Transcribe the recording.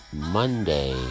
Monday